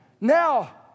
now